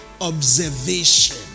observation